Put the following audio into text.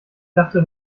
dachte